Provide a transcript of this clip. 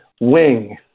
wing